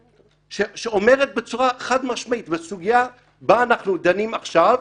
שאומרת בצורה חד-משמעית: בסוגיה בה אנחנו דנים עכשיו,